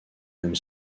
même